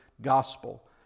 gospel